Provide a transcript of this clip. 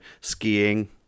skiing